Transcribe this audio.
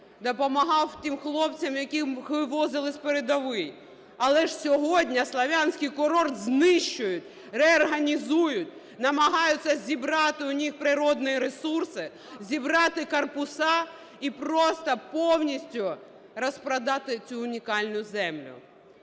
допомагав тим хлопцям, яких вивозили з передової. Але ж сьогодні Слов'янський курорт знищують, реорганізують, намагаються забрати у них природні ресурси, забрати корпуси і просто повністю розпродати цю унікальну землю.